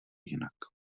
jinak